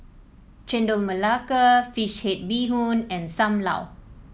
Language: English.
Chendol Melaka fish head Bee Hoon and Sam Lau